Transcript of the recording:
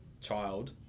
child